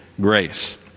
grace